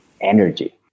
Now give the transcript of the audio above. energy